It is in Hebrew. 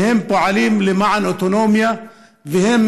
ואומר שהם פועלים למען אוטונומיה והם